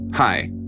Hi